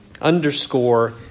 underscore